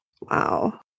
Wow